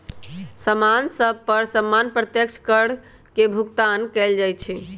समान सभ पर सामान्य अप्रत्यक्ष कर के भुगतान कएल जाइ छइ